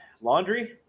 Laundry